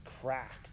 cracked